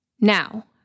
Now